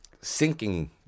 sinking